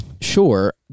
Sure